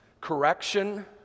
correction